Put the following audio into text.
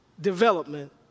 development